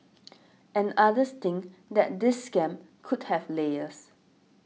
and others think that this scam could have layers